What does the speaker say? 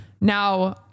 now